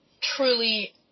truly